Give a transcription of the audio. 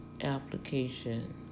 application